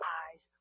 eyes